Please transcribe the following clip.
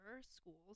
schools